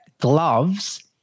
gloves